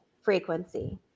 frequency